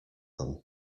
them